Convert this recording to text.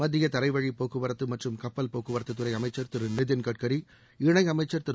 மத்திய தரைவழிப் போக்குவரத்து மற்றும் கப்பல் போக்குவரத்துறை அமைச்சர் திரு நிதின்கட்கரி இணையமைச்சர் திரு